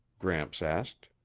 gramps asked.